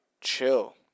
chill